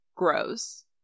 Grows